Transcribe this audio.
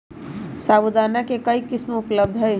साबूदाना के कई किस्म उपलब्ध हई